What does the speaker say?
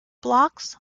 blocks